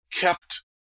kept